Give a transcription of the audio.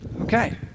Okay